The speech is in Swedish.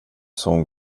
som